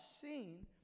seen